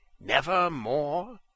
nevermore